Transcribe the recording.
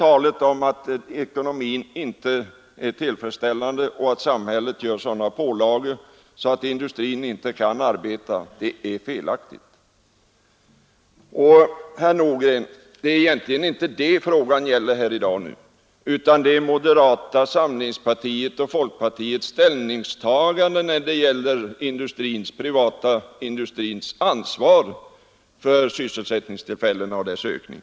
Talet om att ekonomin inte är tillfredsställande och att Lördagen den samhällets pålagor är så stora att industrin inte kan arbeta är felaktigt. 16-december 1972 Men dagens fråga gäller egentligen inte detta utan moderata samlings= ——— partiets och folkpartiets ställningstagande när det gäller den privata Regional utveckindustrins ansvar för sysselsättningstillfällena och deras ökning.